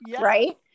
right